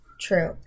True